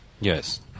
Yes